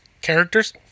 characters